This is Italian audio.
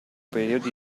periodo